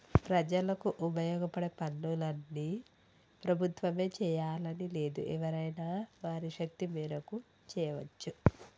ప్రజలకు ఉపయోగపడే పనులన్నీ ప్రభుత్వమే చేయాలని లేదు ఎవరైనా వారి శక్తి మేరకు చేయవచ్చు